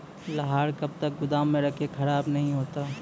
लहार कब तक गुदाम मे रखिए खराब नहीं होता?